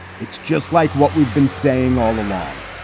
it's just like what we've been saying all along